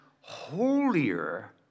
holier